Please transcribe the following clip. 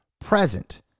present